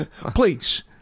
Please